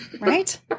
Right